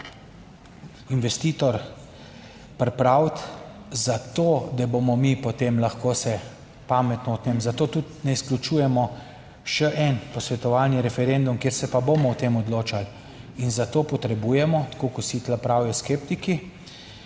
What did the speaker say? investitor pripraviti za to, da bomo mi potem lahko se pametno o tem, zato tudi ne izključujemo še en posvetovalni referendum, kjer se pa bomo o tem odločali in za to potrebujemo, tako kot vsi tu pravijo skeptiki,